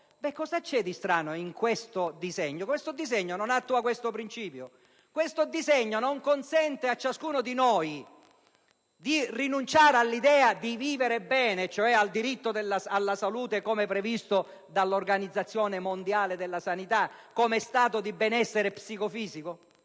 cosa c'è di strano nel disegno di legge in esame? Non attua forse questo principio? Questo disegno di legge non consente a ciascuno di noi di rinunciare all'idea di vivere bene, cioè al diritto alla salute, come previsto dall'Organizzazione mondiale della sanità, come stato di benessere psicofisico?